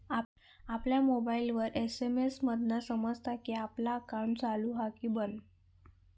आपल्या मोबाईलवर एस.एम.एस मधना समजता कि आपला अकाउंट चालू हा कि बंद